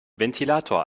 ventilator